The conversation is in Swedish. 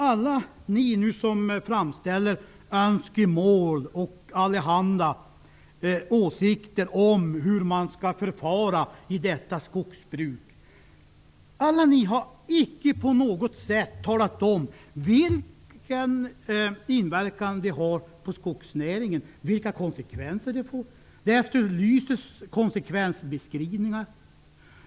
Alla ni som framför önskemål och allehanda åsikter om hur man skall förfara i detta skogsbruk har icke på något sätt talat om vilken inverkan det har på skogsnäringen och vilka konsekvenser det får. Konsekvensbeskrivningar efterlyses.